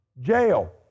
jail